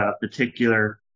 particular